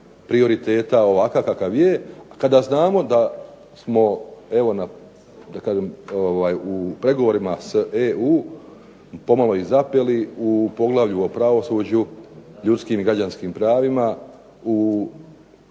prioriteta ovakav kakav je kada znamo da smo evo na da kažem u pregovorima s EU pomalo i zapeli u poglavlju o pravosuđu, ljudskim i građanskim pravima,